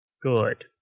Good